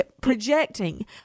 projecting